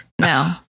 No